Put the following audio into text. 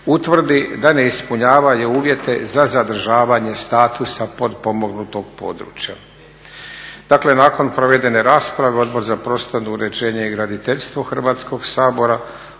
utvrdi da ne ispunjavaju uvjete za zadržavanje statusa potpomognutog područja. Dakle, nakon provedene rasprave Odbor za prostorno uređenje i graditeljstvo Hrvatskog sabora